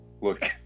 look